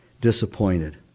disappointed